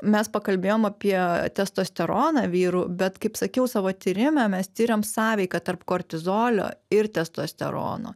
mes pakalbėjom apie testosteroną vyrų bet kaip sakiau savo tyrime mes tiriam sąveiką tarp kortizolio ir testosterono